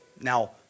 Now